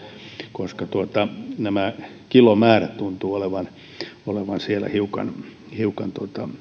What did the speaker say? koska nämä kilomäärät tuntuvat olevan siellä hiukan hiukan